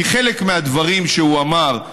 כי חלק מהדברים שהוא אמר,